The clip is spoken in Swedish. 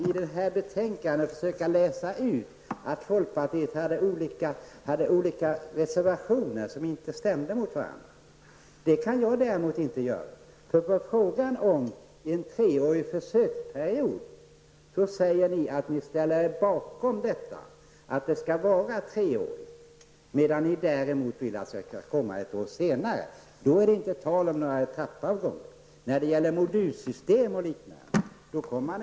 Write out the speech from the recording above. I betänkandet försöker han läsa ut olika reservationer som inte stämde mot varandra. Det kan däremot inte jag göra. Ni säger att ni ställer er bakom en treårig försöksperiod samtidigt som ni vill att den skall komma ett år senare. Då är det inte tal om några etappavgångar.